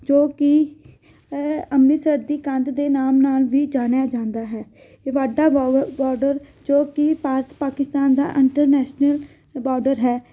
ਜੋ ਕੀ ਅੰਮ੍ਰਿਤਸਰ ਦੀ ਕੰਧ ਦੇ ਨਾਮ ਨਾਲ ਵੀ ਜਾਣਿਆ ਜਾਂਦਾ ਹੈ ਇਹ ਬਾਘਾ ਬੋਡਰ ਜੋ ਕਿ ਭਾਰਤ ਪਾਕਿਸਤਾਨ ਦਾ ਇੰਟਰਨੈਸ਼ਨਲ ਬੋਡਰ ਹੈ